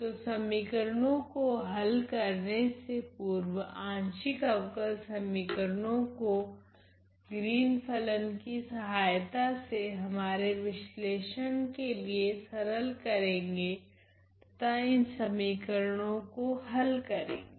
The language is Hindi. तो समीकरणों को हल करने से पूर्व आंशिक अवकल समीकरणों को ग्रीन फलन की सहायता से हमारे विशलेषण के लिए सरल करेगे तथा इन समीकरणों को हल करेगे